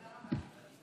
תודה רבה.